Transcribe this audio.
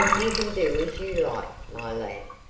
you can do as you like, my lad,